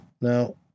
Now